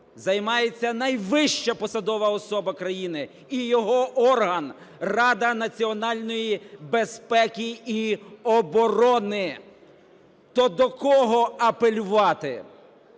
займається найвища посадова особа країни і його орган – Рада національної безпеки і оборони. То до кого апелювати?